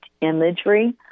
imagery